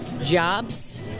jobs